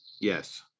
Yes